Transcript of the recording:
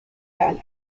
gala